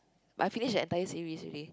I finish the entire series already